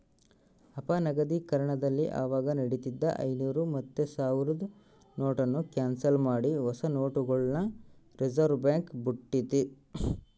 ಅಪನಗದೀಕರಣದಲ್ಲಿ ಅವಾಗ ನಡೀತಿದ್ದ ಐನೂರು ಮತ್ತೆ ಸಾವ್ರುದ್ ನೋಟುನ್ನ ಕ್ಯಾನ್ಸಲ್ ಮಾಡಿ ಹೊಸ ನೋಟುಗುಳ್ನ ರಿಸರ್ವ್ಬ್ಯಾಂಕ್ ಬುಟ್ಟಿತಿ